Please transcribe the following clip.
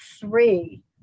three